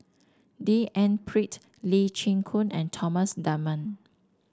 D N Pritt Lee Chin Koon and Thomas Dunman